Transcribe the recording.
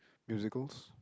musicals